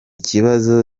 kibazo